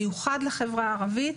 מיוחד לחברה הערבית,